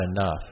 enough